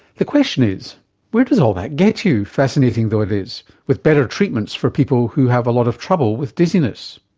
the question is where does all that get you fascinating though it is with better treatments for people who have a lot of trouble with dizziness?